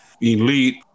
elite